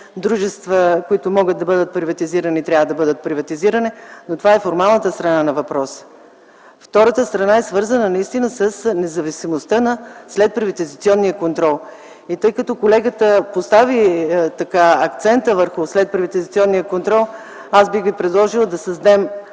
дружества, които могат да бъдат приватизирани, трябва да бъдат приватизирани, но това е формалната страна на въпроса. Втората страна е свързана наистина с независимостта на следприватизационния контрол. И тъй като колегата постави акцента върху следприватизационния контрол, аз бих ви предложила да създадем